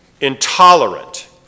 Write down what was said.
intolerant